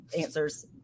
answers